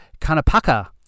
Kanapaka